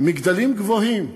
מגדלים גבוהים.